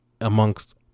amongst